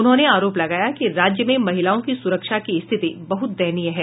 उन्होंने आरोप लगाया कि राज्य में महिलाओं की सुरक्षा की स्थिति बहुत दयनीय है